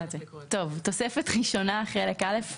תוספת ראשונה חלק א'